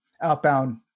outbound